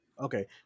Okay